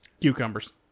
Cucumbers